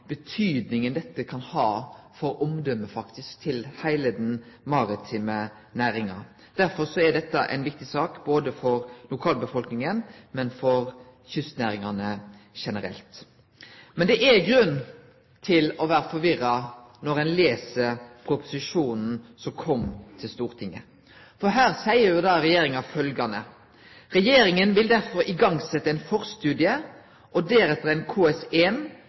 dette kan ha for omdømmet til heile den maritime næringa. Derfor er dette ei viktig sak både for lokalbefolkninga og for kystnæringane generelt. Men det er grunn til å bli forvirra når ein les proposisjonen som kom til Stortinget, for der seier regjeringa følgjande: «Regjeringen vil derfor igangsette en forstudie og deretter